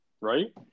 right